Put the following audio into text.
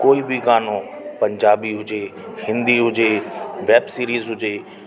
कोई बि गानो पंजाबी हुजे हिंदी हुजे वेब सीरीज़ हुजे